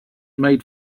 made